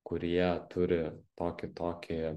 kurie turi tokį tokį